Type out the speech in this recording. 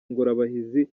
ingorabahizi